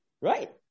right